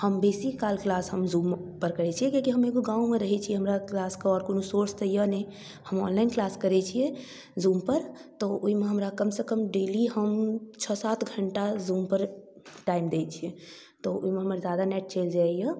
हम basically class हम जूमपर करै छी किएकि हम एगो गाममे रहै छी हमरा किलासके आओर कोनो सोर्स तऽ अइ नहि हम ऑनलाइन किलास करै छिए जूमपर तऽ ओहिमे हमरा कमसँ कम डेली हम छओ सात घण्टा जूमपर टाइम दै छिए तऽ ओहिमे हमर ज्यादा नेट चलि जाइ अइ